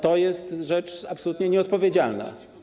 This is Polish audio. To jest rzecz absolutnie nieodpowiedzialna.